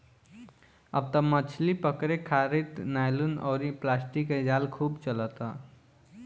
अब त मछली पकड़े खारित नायलुन अउरी प्लास्टिक के जाल खूब चलता